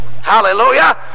hallelujah